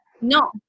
No